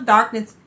Darkness